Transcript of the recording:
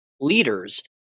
leaders